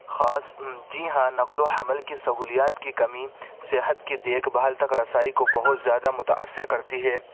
خاص جی ہاں نقل و حمل کی سہولیات کی کمی صحت کی دیکھ بھال تک رسائی کو بہت زیادہ متأثر کرتی ہے